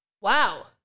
Wow